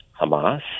Hamas